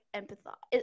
empathize